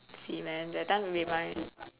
semen that time be my